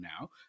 now